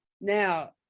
Now